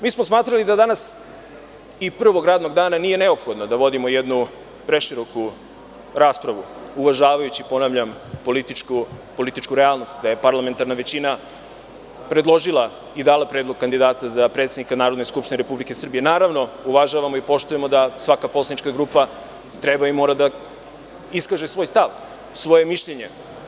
Mi smo smatrali da danas i prvog radnog dana nije neophodno da vodimo jednu preširoku raspravu uvažavajući političku realnost da je parlamentarna većina predložila i dala predlog kandidata za predsednika NS RS, naravno uvažavamo i poštujemo da svaka poslanička grupa treba i može da iskaže svoj stav, svoje mišljenje.